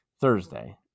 Thursday